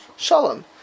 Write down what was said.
Shalom